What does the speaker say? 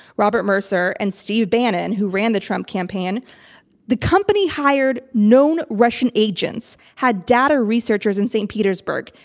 robert mercer, and steve bannon, who ran the trump campaign the company hired known russian agents, had data researchers in saint petersburg,